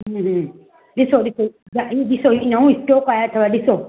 हम्म हम्म ॾिसो ॾिसो तव्हां ही ॾिसो ही नओं स्टॉक आयो अथव ॾिसो